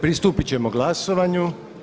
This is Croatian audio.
Pristupit ćemo glasovanju.